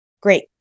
Great